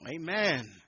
Amen